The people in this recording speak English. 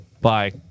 Bye